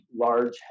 large